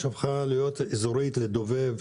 היא הפכה להיות אזורית לדובב,